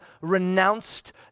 renounced